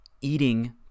eating